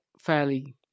fairly